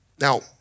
Now